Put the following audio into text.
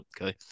Okay